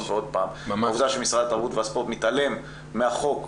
ושוב העובדה שמשרד התרבות והספורט מתעלם מהחוק,